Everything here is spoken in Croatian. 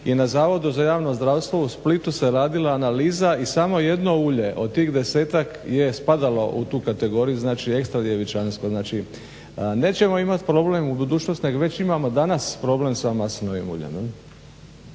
i na Zavodu za javno zdravstvo u Splitu se radila analiza i samo jedno ulje od tih 10-ak je spadalo u tu kategoriju, znači ekstra djevičansko. Znači, nećemo imati problem u budućnosti nego već imamo danas problem sa maslinovim uljem